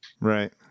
Right